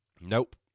Nope